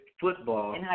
football